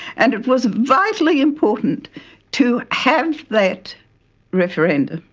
and it was vitally important to have that referendum,